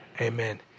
Amen